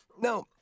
No